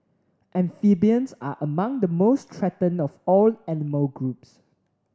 amphibians are among the most threatened of all animal groups